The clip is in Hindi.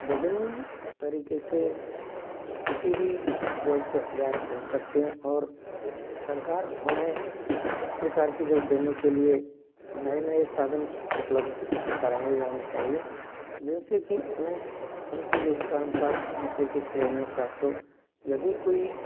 विभिन्न तरीक़े से किसी भी जॉब के हक़दार हो सकते हैं और सरकार उन्हें इस प्रकार के जॉब देने के लिए नए नए साधन उपलब्ध कराए जाने चाहिए जिन से कि उन्हें उन के योग्यता अनुसार नौकरी की श्रेणीयाँ प्राप्त हो यदि कोई